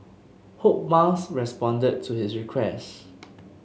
hope Musk responded to his request